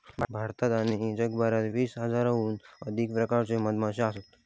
भारतात आणि जगभरात वीस हजाराहून अधिक प्रकारच्यो मधमाश्यो असत